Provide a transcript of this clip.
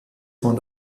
von